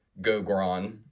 Gogron